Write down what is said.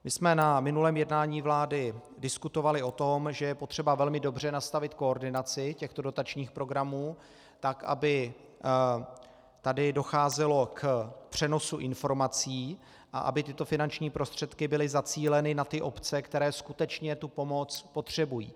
My jsme na minulém jednání vlády diskutovali o tom, že je potřeba velmi dobře nastavit koordinaci těchto dotačních programů, tak aby tady docházelo k přenosu informací a aby tyto finanční prostředky byly zacíleny na ty obce, které skutečně pomoc potřebuji.